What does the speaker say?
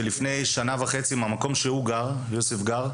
שלפני שנה וחצי מהמקום שיאסר גר,